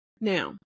Now